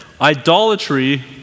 idolatry